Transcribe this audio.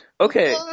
Okay